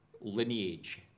lineage